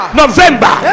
november